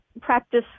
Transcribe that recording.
practice